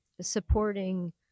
supporting